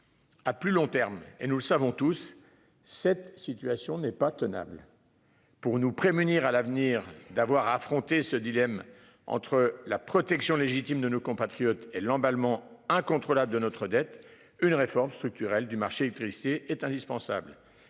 À plus long terme et nous savons tous. Cette situation n'est pas tenable. Pour nous prémunir à l'avenir d'avoir à affronter ce dilemme entre la protection légitime de nos compatriotes et l'emballement incontrôlable de notre dette. Une réforme structurelle du marché électricité est indispensable.